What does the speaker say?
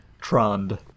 Trond